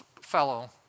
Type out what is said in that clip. fellow